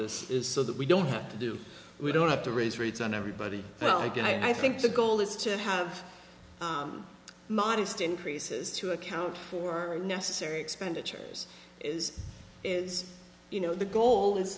this is so that we don't have to do we don't have to raise rates on everybody well again i think the goal is to have modest increases to account for necessary expenditures is is you know the goal is